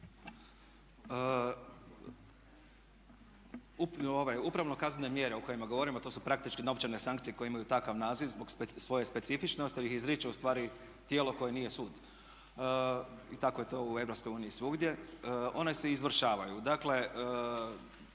Upravno kazneno djelo o kojima govorimo a to su praktički novčane sankcije koje imaju takav naziv zbog svoje specifičnosti jer ih izriče ustvari tijelo koje nije sud. I tako je to u Europskoj uniji svugdje. One se izvršavaju. Dakle,